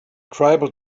tribal